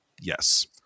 Yes